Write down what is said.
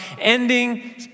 ending